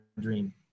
dream